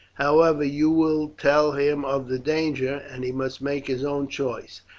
however, you will tell him of the danger, and he must make his own choice.